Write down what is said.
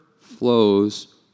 flows